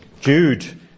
Jude